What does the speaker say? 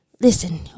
listen